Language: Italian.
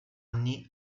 anni